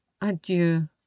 Adieu